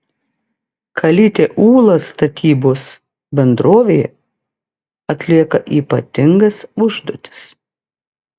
kalytė ūla statybos bendrovėje atlieka ypatingas užduotis